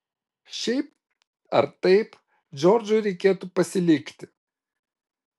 šiaip ar taip džordžui reikėtų pasilikti